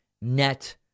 net